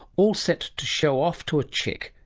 all set to show off to a chick,